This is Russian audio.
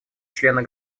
члена